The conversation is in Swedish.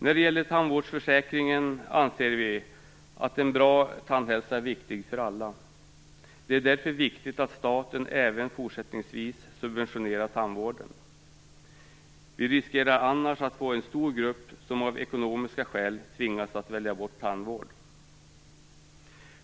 När det gäller tandvårdsförsäkringen anser vi att en bra tandhälsa är viktig för alla. Det är därför viktigt att staten även fortsättningsvis subventionerar tandvården. Annars riskerar vi att få en stor grupp som av ekonomiska skäl tvingas välja bort tandvården.